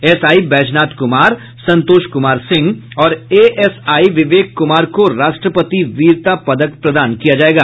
SI Baijnath Kumar Santosh Kumar Singh और ASI Vivek Kumar को राष्ट्रपति वीरता पदक प्रदान किया जायेगा